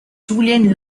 julian